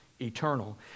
eternal